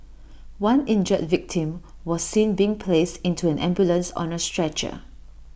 one injured victim was seen being placed into an ambulance on A stretcher